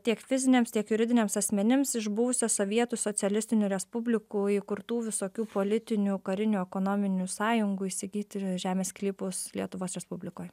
tiek fiziniams tiek juridiniams asmenims iš buvusios sovietų socialistinių respublikų įkurtų visokių politinių karinių ekonominių sąjungų įsigyti žemės sklypus lietuvos respublikoj